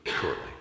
shortly